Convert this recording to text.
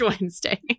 Wednesday